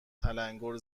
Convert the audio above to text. تلنگور